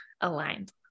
aligned